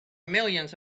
millions